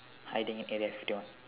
hiding